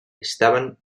estaban